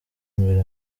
mbere